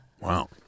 Wow